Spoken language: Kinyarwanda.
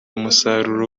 umusaruro